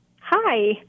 Hi